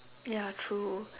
ya true